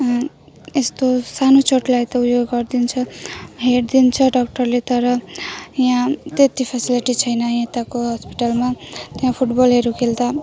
यस्तो सानो चोटलाई त उयो गरिदिन्छ हेरिदिन्छ डक्टरले तर यहाँ त्यत्ति फेसिलिटी छैन यताको हस्पिटलमा त्यहाँ फुटबलहरू खेल्दा